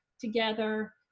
together